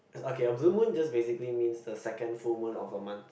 okay a blue moon just basically mean the second full moon of a month